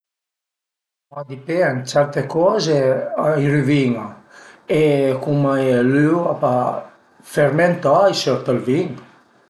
A dipend, certe coze a i rüvin-a e cume l'üa fermentà a i sort ël vin